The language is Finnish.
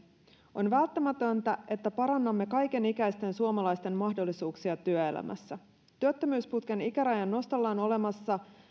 on välttämätöntä että parannamme kaikenikäisten suomalaisten mahdollisuuksia työelämässä työttömyysputken ikärajan nostolla on olemassa